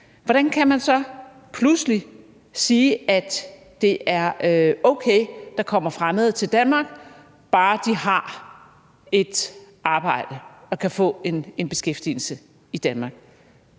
Hvordan kan man så pludselig sige, at det er okay, at der kommer fremmede til Danmark, bare de har et arbejde og kan få en beskæftigelse i Danmark?